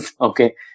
Okay